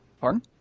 pardon